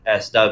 SW